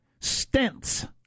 Stents